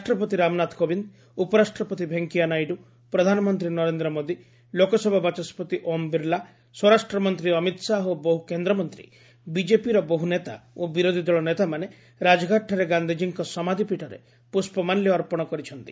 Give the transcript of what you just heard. ରାଷ୍ଟ୍ରପତି ରାମନାଥ କୋବିନ୍ଦ ଉପରାଷ୍ଟ୍ରପତି ଭେଙ୍କିୟା ନାଇଡୁ ପ୍ରଧାନମନ୍ତ୍ରୀ ନରେନ୍ଦ୍ର ମୋଦି ଲୋକସଭା ବାଚସ୍କତି ଓମ୍ ବିର୍ଲା ସ୍ୱରାଷ୍ଟ୍ର ମନ୍ତ୍ରୀ ଅମିତ୍ ଶାହା ଓ ବହୁ କେନ୍ଦ୍ରମନ୍ତୀ ବିଜେପିର ବହ୍ର ନେତା ଓ ବିରୋଧ ଦଳ ନେତାମାନେ ରାଜଘାଟଠାରେ ଗାନ୍ଧିଜୀଙ୍କ ସମାଧ୍ୟପୀଠରେ ପ୍ରଷ୍ପମାଲ୍ୟ ଅର୍ପଣ କରିଛନ୍ତି